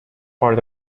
part